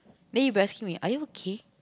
they keep asking me are you okay